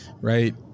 right